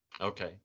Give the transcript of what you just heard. Okay